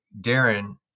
Darren